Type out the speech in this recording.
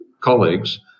colleagues